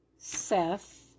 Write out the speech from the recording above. Seth